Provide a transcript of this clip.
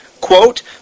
Quote